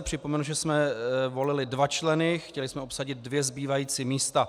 Připomenu, že jsme volili dva členy, chtěli jsme obsadit dvě zbývající místa.